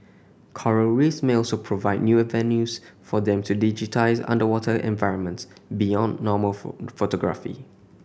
Coral Reefs may also provide new avenues for them to digitise underwater environments beyond normal photography